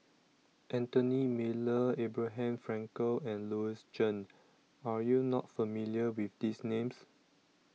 Anthony Miller Abraham Frankel and Louis Chen Are YOU not familiar with These Names